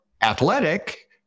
athletic